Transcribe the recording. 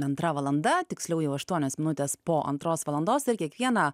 antra valanda tiksliau jau aštuonios minutės po antros valandos ar kiekvieną